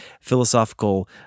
philosophical